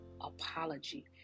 apology